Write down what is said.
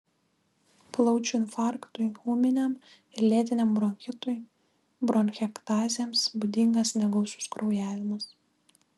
plaučių infarktui ūminiam ir lėtiniam bronchitui bronchektazėms būdingas negausus kraujavimas